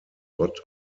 gott